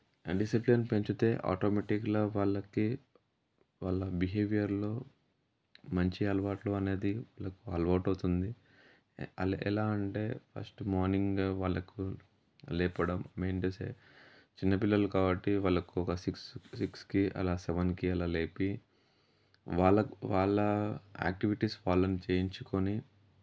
ఆ డిసిప్లేన్ పెంచితే ఆటోమేటిక్గా వాళ్ళకి వాళ్ళ బిహేవియర్లో మంచి అలవాట్లు అనేది లైక్ అలవాటు అవుతుంది అలా ఎలా అంటే ఫస్ట్ మార్నింగ్ వాళ్ళకు లేపడం మీన్ టు సే చిన్నపిల్లలు కాబట్టి వాళ్ళకు ఒక సిక్స్ సిక్స్కి అలా సెవెన్కి అలా లేపి వాళ్ళకు వాళ్ళ యాక్టివిటీస్ వాళ్ళని చేయించుకోని